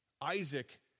Isaac